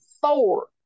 four